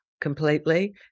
completely